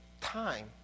time